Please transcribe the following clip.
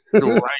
Right